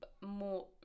more